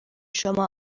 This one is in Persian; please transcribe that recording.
شما